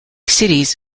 cities